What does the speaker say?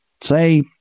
say